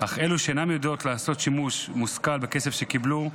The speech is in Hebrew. אך אלו שאינן יודעות לעשות שימוש מושכל בכסף שקיבלו,